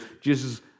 Jesus